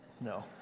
no